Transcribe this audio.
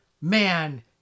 man